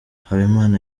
habimana